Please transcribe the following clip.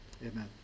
Amen